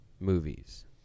movies